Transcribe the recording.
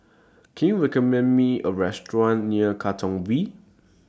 Can YOU recommend Me A Restaurant near Katong V